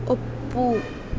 ಒಪ್ಪು